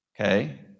Okay